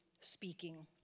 speaking